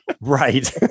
Right